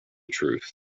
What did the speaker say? truth